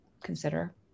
consider